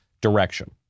direction